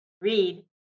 read